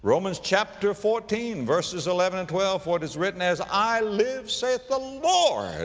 romans chapter fourteen, verses eleven and twelve, for it is written, as i live saith the lord,